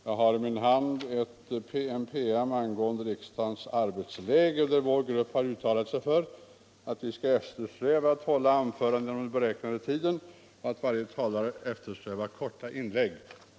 Jag har i min hand en PM angående riksdagens arbetsläge, där vår grupp har uttalat sig för att vi skall eftersträva att hålla anförandena inom den beräknade tiden och att varje talare bör försöka hålla korta inlägg.